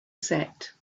set